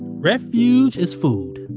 refuge is food.